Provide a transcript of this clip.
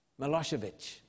Milosevic